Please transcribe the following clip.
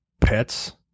pets